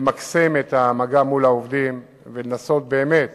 למקסם את המגע מול העובדים ולנסות באמת